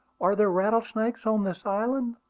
are there rattlesnakes on this island?